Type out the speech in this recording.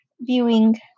viewing